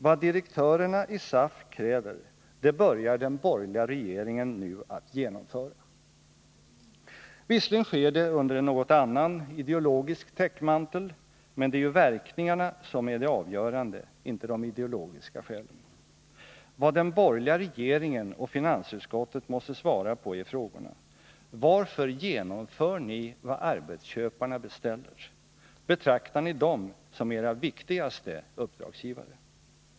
Vad direktörerna i SAF kräver, det börjar den borgerliga regeringen nu att genomföra. Visserligen sker det under en något annan ideologisk täckmantel, men det är ju verkningarna som är det avgörande — inte de ideologiska skälen. Vad den borgerliga regeringen och finansutskottet måste svara på är frågan: Varför genomför ni vad arbetsköparna beställer? Betraktar ni dem som era viktigaste uppdragsgivare?